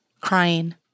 crying